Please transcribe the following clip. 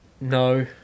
No